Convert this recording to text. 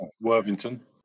Worthington